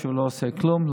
הוא לא עושה שם כלום,